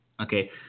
Okay